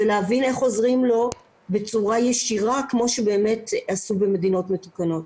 ולהבין איך עוזרים לו בצורה ישירה כמו שעשו במדינות מתוקנות.